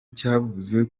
cyavuze